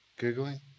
Googling